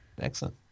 Excellent